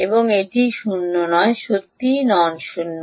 এটি একটি শূন্য নয় এটি সত্যই নন শূন্য